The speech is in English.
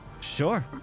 Sure